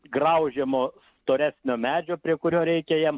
graužiamo storesnio medžio prie kurio reikia jiem